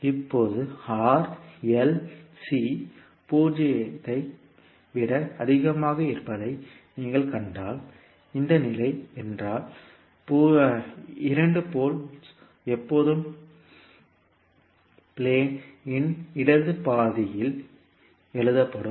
இப்போது R L C 0 ஐ விட அதிகமாக இருப்பதை நீங்கள் கண்டால் இந்த நிலை என்றால் 2 போல்ஸ் எப்போதும் ப்ளேன் இன் இடது பாதியில் எழுதப்படும்